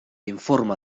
informa